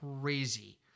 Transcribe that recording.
crazy